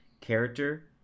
character